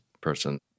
person